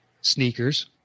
Sneakers